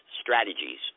strategies